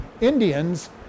Indians